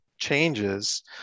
changes